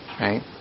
right